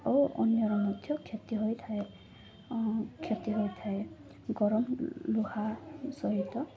ଓ ଅନ୍ୟର ମଧ୍ୟ କ୍ଷତି ହୋଇଥାଏ କ୍ଷତି ହୋଇଥାଏ ଗରମ ଲୁହା ସହିତ